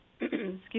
Excuse